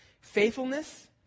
faithfulness